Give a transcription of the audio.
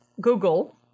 Google